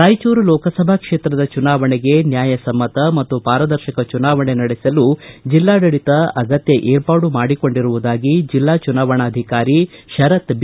ರಾಯಚೂರು ಲೋಕಸಭಾ ಕ್ಷೇತ್ರದ ಚುನಾವಣೆಗೆ ನ್ಯಾಯಸಮ್ನತ ಮತ್ತು ಪಾರದರ್ಶಕ ಚುನಾವಣೆ ನಡೆಸಲು ಜಿಲ್ಲಾಡಳಿತ ಅಗತ್ತ ಏರ್ಪಾಡು ಮಾಡಿಕೊಂಡಿರುವುದಾಗಿ ಜೆಲ್ಲಾ ಚುನಾವಣಾಧಿಕಾರಿ ಶರತ್ ಬಿ